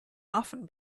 often